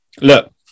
look